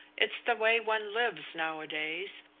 it's the way one lives, nowadays,